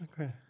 Okay